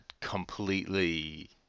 completely